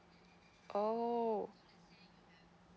oh